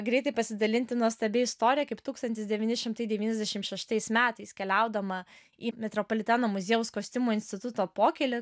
greitai pasidalinti nuostabia istorija kaip tūkstantis devyni šimtai devyniasdešim šeštais metais keliaudama į metropoliteno muziejaus kostiumų instituto pokylį